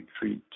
treat